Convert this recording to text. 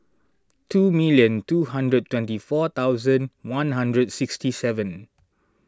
two million two hundred twenty four thousand one hundred sixty seven